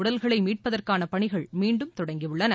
உடல்களை மீட்பதற்கான பணிகள் மீண்டும் தொடங்கியுள்ளன